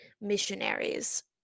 missionaries